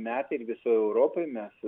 metai ir visoj europoj mes